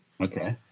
okay